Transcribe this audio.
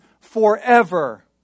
forever